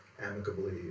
amicably